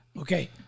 Okay